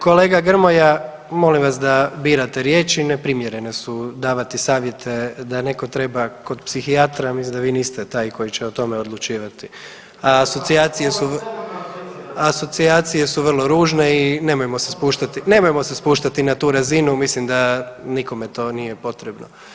Kolega Grmoja, molim vas da birate riječi, neprimjerene su davati savjete da netko treba kod psihijatra, mislim da vi niste taj koji će o tome odlučivati… [[Upadica iz klupe se ne razumije]] a asocijacije su vrlo ružne i nemojmo se spuštati, nemojmo se spuštati na tu razinu, mislim da nikome to nije potrebno.